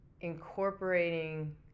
incorporating